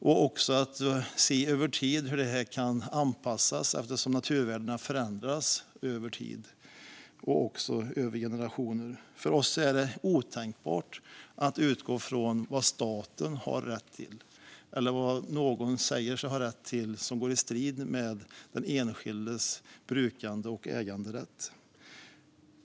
Även detta måste ses över och anpassas över tid, eftersom naturvärdena förändras över tid och generationer. För oss är det otänkbart att utgå från vad staten har rätt till eller vad någon säger sig ha rätt till som står i strid med den enskildes brukande och äganderätt.